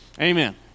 Amen